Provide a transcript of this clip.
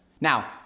Now